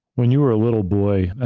when you were a little boy,